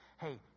hey